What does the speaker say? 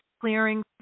clearing